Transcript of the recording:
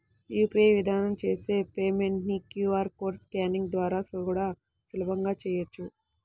UPI విధానం చేసే payment ని క్యూ.ఆర్ కోడ్ స్కానింగ్ ద్వారా కూడా సులభంగా చెయ్యొచ్చు